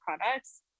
products